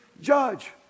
judge